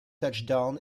touchdown